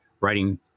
writing